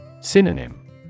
Synonym